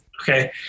Okay